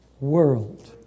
world